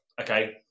okay